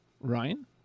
Ryan